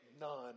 None